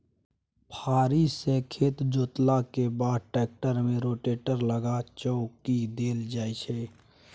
फारी सँ खेत जोतलाक बाद टेक्टर मे रोटेटर लगा चौकी देल जाइ छै